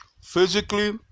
physically